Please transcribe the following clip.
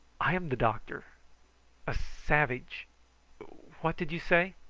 i am the doctor a savage what did you say?